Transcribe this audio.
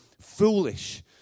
foolish